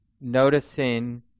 noticing